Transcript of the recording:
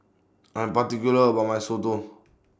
I'm particular about My Soto